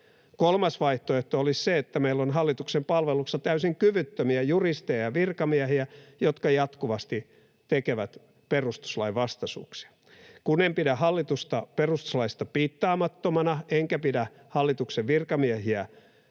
Kolmas vaihtoehto olisi se, että meillä on hallituksen palveluksessa täysin kyvyttömiä juristeja ja virkamiehiä, jotka jatkuvasti tekevät perustuslain vastaisuuksia. Kun en pidä hallitusta perustuslaista piittaamattomana, enkä pidä hallituksen virkamiehiä